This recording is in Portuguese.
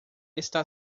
está